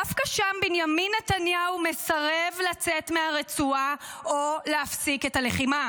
דווקא שם בנימין נתניהו מסרב לצאת מהרצועה או להפסיק את הלחימה?